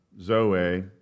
Zoe